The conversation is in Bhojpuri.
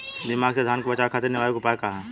दिमक से धान के बचावे खातिर निवारक उपाय का ह?